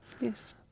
Yes